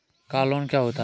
Car loan क्या होता है?